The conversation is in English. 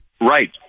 Right